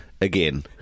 again